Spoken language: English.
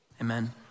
amen